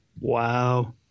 Wow